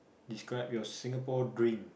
describe your Singapore dream